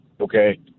okay